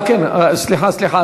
סליחה, סליחה.